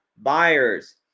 buyers